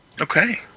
Okay